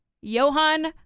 Johan